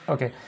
Okay